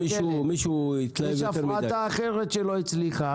ויש עוד הפרטה אחרת שלא הצליחה.